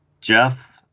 Jeff